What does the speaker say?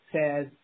says